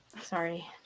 Sorry